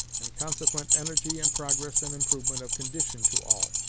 and consequent energy and progress and improvement of condition to all.